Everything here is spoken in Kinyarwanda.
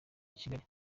kigali